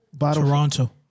Toronto